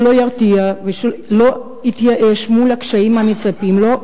שלא יירתע ושלא יתייאש מול הקשיים הניצבים מולו,